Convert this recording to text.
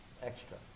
extra